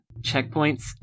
checkpoints